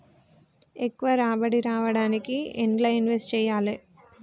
ఎక్కువ రాబడి రావడానికి ఎండ్ల ఇన్వెస్ట్ చేయాలే?